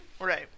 Right